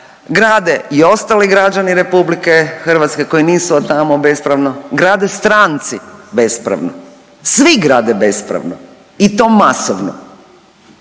grade i ostali građani RH koji nisu od tamo bespravno, grade stranci bespravno, svi grade bespravno i to masovno